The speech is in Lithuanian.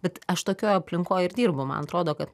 bet aš tokioj aplinkoj ir dirbu man atrodo kad